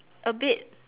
a bit